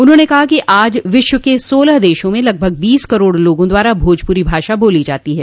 उन्होंने कहा कि आज विश्व के सोलह देशों में लगभग बीस करोड़ लोगों द्वारा भोजपुरी भाषा बोली जाती है